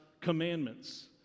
commandments